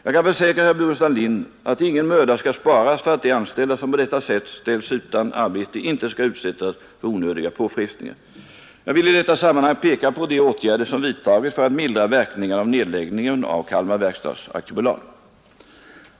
Jag kan försäkra herr Burenstam Linder att ingen möda skall sparas för att de anställda som på detta sätt ställs utan arbete inte skall utsättas för onödiga påfrestningar. Jag vill i detta sammanhang peka på de åtgärder som vidtagits för att mildra verkningarna av nedläggningen av Kalmar verkstads AB.